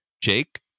Jake